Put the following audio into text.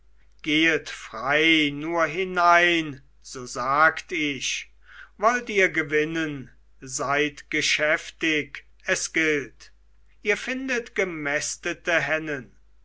gehet frei nur hinein so sagt ich wollt ihr gewinnen seid geschäftig es gilt ihr findet gemästete hennen